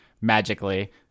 magically